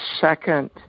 second